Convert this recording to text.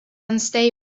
unstable